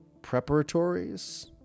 preparatories